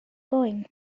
going